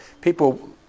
People